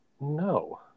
No